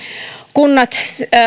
kunnat